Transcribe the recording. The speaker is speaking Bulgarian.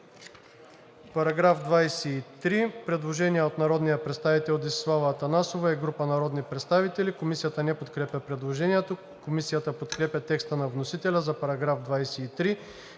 По § 22 има предложение от народния представител Десислава Атанасова и група народни представители. Комисията не подкрепя предложението. Комисията подкрепя текста на вносителя за § 22,